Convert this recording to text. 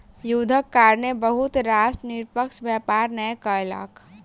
युद्धक कारणेँ बहुत राष्ट्र निष्पक्ष व्यापार नै कयलक